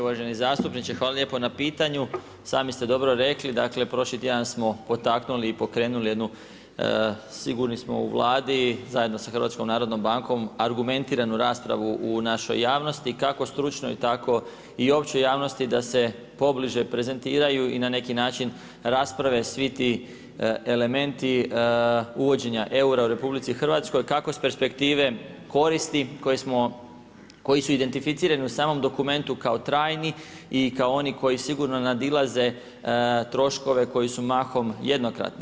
Uvaženi zastupniče, hvala lijepo na pitanju, sami ste dobro rekli, dakle prošli tjedan smo potaknuli i pokrenuli jednu sigurni smo u Vladi, zajedno sa HNB-om, argumentiranu raspravu u našoj javnosti kako stručnoj tako i općoj javnosti da se pobliže prezentiraju i na neki način rasprave svi ti elementi uvođenja eura u RH kako iz perspektive koristi koji su identificirani u samom dokumentu kao trajni i kao oni koji sigurno nadilaze troškove koji su mahom jednokratni.